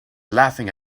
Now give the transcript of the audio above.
laughing